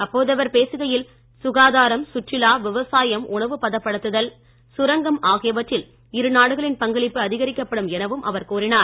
அப்போது அவர் பேசுகையில் சுகாதாரம் சுற்றுலா விவசாயம் உணவு பதப்படுத்துதல் சுரங்கம் ஆகியவற்றில் இருநாடுகளின் பங்களிப்பு அதிகரிக்கப்படும் எனவும் அவர் கூறினார்